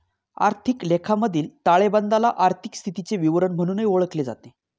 आर्थिक लेखामधील ताळेबंदाला आर्थिक स्थितीचे विवरण म्हणूनही ओळखले जाते